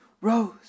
Rose